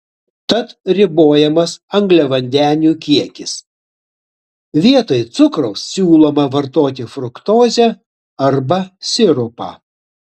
tad ribojamas angliavandenių kiekis vietoj cukraus siūloma vartoti fruktozę arba sirupą